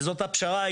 וזאת היתה הפשרה,